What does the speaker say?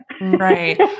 Right